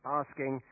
asking